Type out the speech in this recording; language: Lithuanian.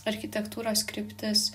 architektūros kryptis